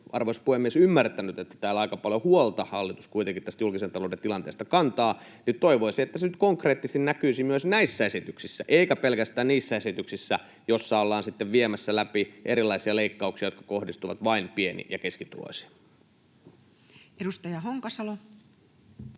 arvoisa puhemies, ymmärtänyt, että täällä aika paljon huolta hallitus kuitenkin tästä julkisen talouden tilanteesta kantaa, niin toivoisin, että se nyt konkreettisesti näkyisi myös näissä esityksissä, eikä pelkästään niissä esityksissä, joissa ollaan sitten viemässä läpi erilaisia leikkauksia, jotka kohdistuvat vain pieni- ja keskituloisiin.